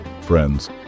Friends